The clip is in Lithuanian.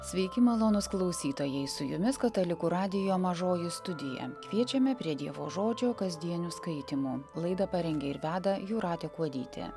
sveiki malonūs klausytojai su jumis katalikų radijo mažoji studija kviečiame prie dievo žodžio kasdienių skaitymų laidą parengė ir veda jūratė kuodytė